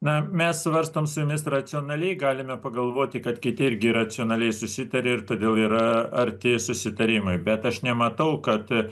na mes svarstom su jumis racionaliai galime pagalvoti kad kiti irgi racionaliai susitarė ir todėl yra arti susitarimai bet aš nematau kad